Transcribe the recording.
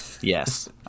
Yes